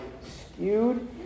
skewed